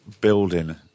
building